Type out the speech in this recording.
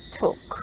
took